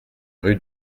rue